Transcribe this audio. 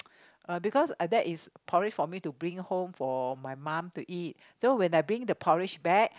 uh because uh that is porridge for me to bring home for my mum to eat so when I bring the porridge back